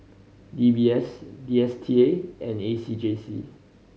D B S D S T A and A C J C